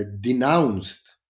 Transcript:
denounced